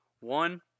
one